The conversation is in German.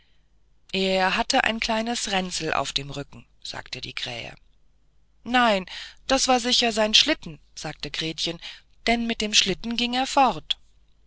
er hatte ein kleines ränzel auf dem rücken sagte die krähe nein das war sicher sein schlitten sagte gretchen denn mit dem schlitten ging er fort